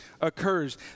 occurs